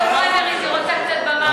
יש לה פריימריז, היא רוצה קצת במה.